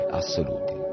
assoluti